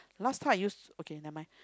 last time I used okay nevermind